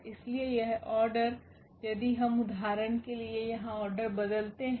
इसलिए यह ऑर्डर यदि हम उदाहरण के लिए यहां ऑर्डर बदलते हैं